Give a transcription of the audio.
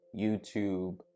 YouTube